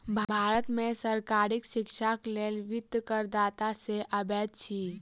भारत में सरकारी शिक्षाक लेल वित्त करदाता से अबैत अछि